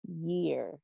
year